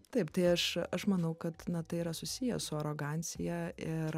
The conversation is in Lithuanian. taip tai aš aš manau kad na tai yra susiję su arogancija ir